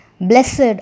Blessed